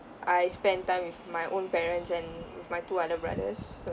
I spend time with my own parents and with my two other brothers